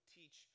teach